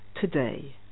today